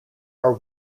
are